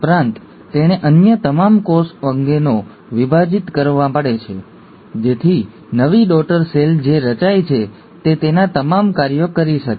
ઉપરાંત તેણે અન્ય તમામ કોષ અંગોને વિભાજિત કરવા પડે છે જેથી નવી ડૉટર સેલ જે રચાય છે તે તેના તમામ કાર્યો કરી શકે